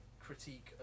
critique